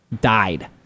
died